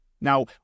Now